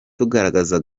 tugaragaza